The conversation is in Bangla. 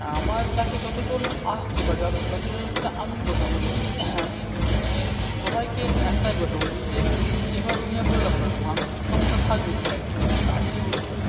আমার কাছে যতজন আসছে বা যতজনের সাথে আমি কথা বলেছি আমি সবাইকে একটাই কথা বলেছি যে এভাবে ভেঙে পড়লে হবে না মানসিক সমস্যা থাকবে সেটা কীভাবে কাটিয়ে উঠতে হয়